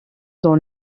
dans